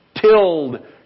tilled